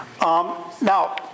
Now